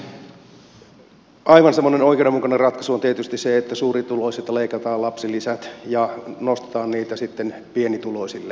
lapsilisistä kun puhutaan aivan semmoinen oikeudenmukainen ratkaisu on tietysti se että suurituloisilta leikataan lapsilisät ja nostetaan niitä sitten pienituloisille